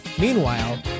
Meanwhile